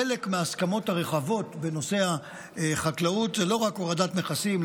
חלק מההסכמות הרחבות בנושא החקלאות זה לא רק הורדת נכסים,